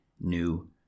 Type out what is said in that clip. new